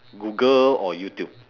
google or youtube